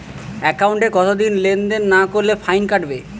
একাউন্টে কতদিন লেনদেন না করলে ফাইন কাটবে?